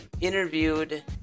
interviewed